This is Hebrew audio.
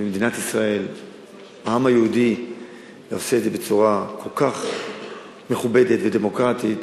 במדינת ישראל העם היהודי עושה את זה בצורה כל כך מכובדת ודמוקרטית,